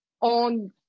on